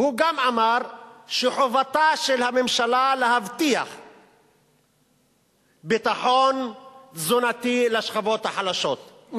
והוא גם אמר שחובתה של הממשלה להבטיח ביטחון תזונתי לשכבות החלשות,